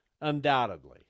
Undoubtedly